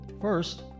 first